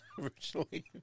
originally